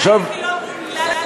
אולי זה כי לא אמרו מילה על התאגיד.